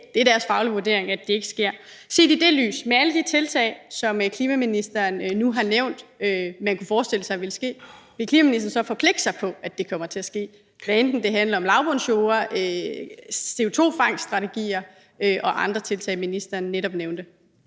det er deres faglige vurdering, at det ikke sker. Set i det lys, med alle de tiltag, som klimaministeren nu har nævnt man kunne forestille sig ville ske, vil klimaministeren så forpligte sig på, at det kommer til at ske, hvad enten det handler om lavbundsjorde, CO2-fangststrategier og andre tiltag, ministeren netop nævnte?